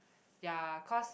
ya cause